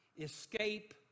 escape